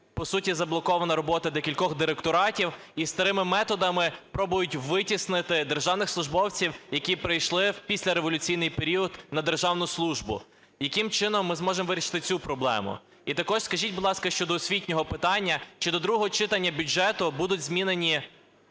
по суті, заблокована робота декількох директоратів, і старими методами пробують витіснити державних службовців, які прийшли у післяреволюційний період на державну службу. Яким чином ми зможемо вирішити цю проблему? І також скажіть, будь ласка, щодо освітнього питання. Чи до другого читання бюджету будуть змінені